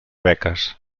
beques